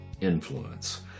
influence